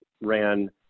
ran